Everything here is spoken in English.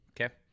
Okay